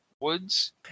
woods